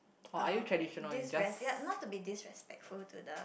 um disrespect~ ya not to be disrespectful to the